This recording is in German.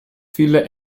viele